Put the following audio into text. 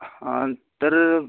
हा तर